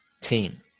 team